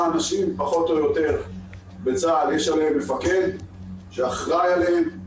אנשים פחות או יותר יש מפקד שאחראי עליהם,